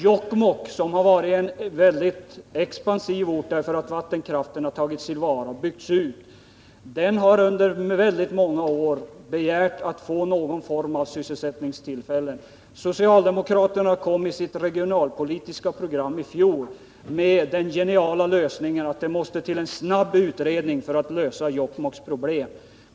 Jokkmokk, som tidigare varit en mycket expansiv ort därför att vattenkraften har byggts ut, har under många år begärt att få någon form av sysselsättningstillfällen. Socialdemokraterna kom i sitt regionalpolitiska program i fjol med den geniala lösningen att det måste till en snabb utredning för att lösa Jokkmokks problem.